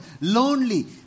lonely